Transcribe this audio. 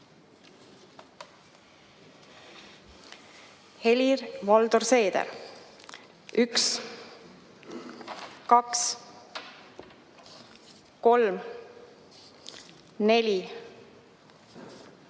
Helir-Valdor Seeder: 1, 2, 3, 4, 5, 6, 7, 8, 9, 10,